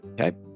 Okay